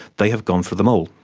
they have gone for them all.